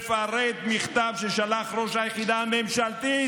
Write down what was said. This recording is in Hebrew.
הוא מפרט מכתב ששלח ראש היחידה הממשלתית